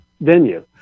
venue